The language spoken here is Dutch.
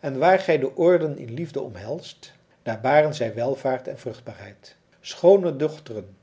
en waar gij de oorden in liefde omhelst daar baren zij welvaart en vruchtbaarheid schoone dochteren